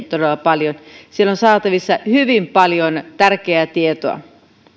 todella paljon siellä on saatavissa hyvin paljon tärkeää tietoa